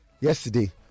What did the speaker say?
yesterday